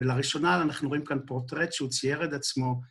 ולראשונה אנחנו רואים כאן פורטרט שהוא צייר את עצמו.